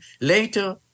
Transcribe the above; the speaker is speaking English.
later